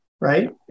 right